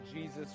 Jesus